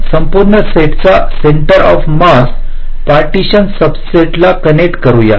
मग संपूर्ण सेट चा centre of mass partitions subset ला कनेक्ट करूया